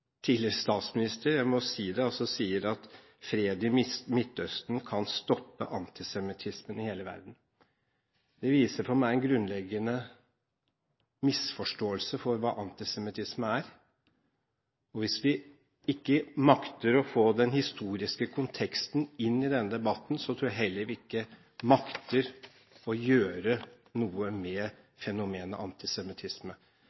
tidligere statsminister – jeg må si det – sier at fred i Midtøsten kan stoppe antisemittismen i hele verden. Det viser – for meg – en grunnleggende misforståelse av hva antisemittisme er. Hvis vi ikke makter å få den historiske konteksten inn i denne debatten, tror jeg vi heller ikke makter å gjøre noe